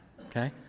okay